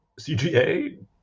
CGA